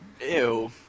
Ew